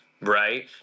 Right